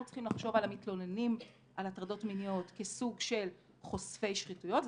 צריכים לחשוב על המתלוננים על הטרדות מיניות כסוג של חושפי שחיתויות,